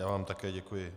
Já vám také děkuji.